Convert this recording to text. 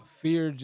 fear